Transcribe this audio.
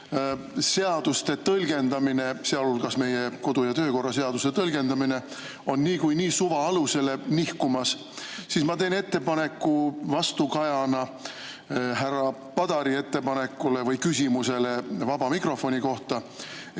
seaduste tõlgendamine, sealhulgas meie kodu- ja töökorra seaduse tõlgendamine, on niikuinii suvaalusele nihkumas, siis ma teen ettepaneku vastukajana härra Padari ettepanekule või küsimusele vaba mikrofoni kohta.